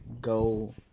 go